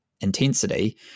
intensity